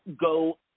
go